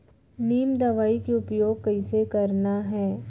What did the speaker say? नीम दवई के उपयोग कइसे करना है?